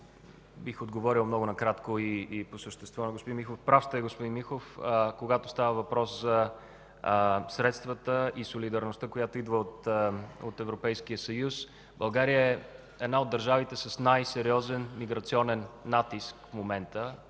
бих отговорил много накратко и по същество на господин Михов. Прав сте, господин Михов. Когато става въпрос за средствата и солидарността, които идват от Европейския съюз, България е една от държавите с най-сериозен миграционен натиск в момента